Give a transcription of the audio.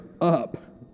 up